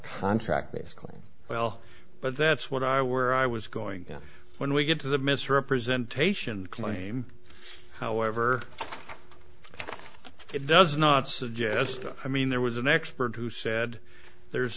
contract basically well but that's what i were i was going to when we get to the misrepresentation claim however it does not suggest i mean there was an expert who said there's